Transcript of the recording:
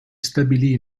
stabilì